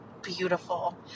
beautiful